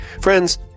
Friends